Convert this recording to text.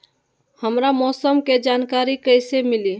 हमरा मौसम के जानकारी कैसी मिली?